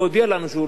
אדוני המזכיר.